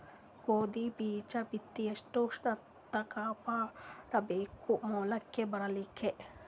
ಗೋಧಿ ಬೀಜ ಬಿತ್ತಿ ಎಷ್ಟ ಉಷ್ಣತ ಕಾಪಾಡ ಬೇಕು ಮೊಲಕಿ ಬರಲಿಕ್ಕೆ?